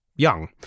Young